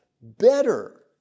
better